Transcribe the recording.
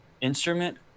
instrument